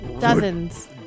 Dozens